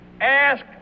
ask